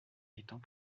étant